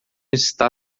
está